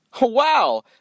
Wow